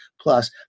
plus